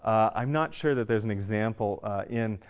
i'm not sure that there's an example in